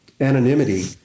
anonymity